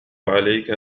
عليك